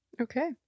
okay